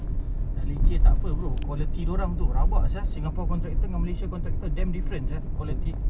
lah leceh tak apa bro quality dia orang tu rabak sia singapore contractor dengan malaysia contractor damn difference ya quality